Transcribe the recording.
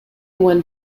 one